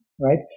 right